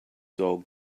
dog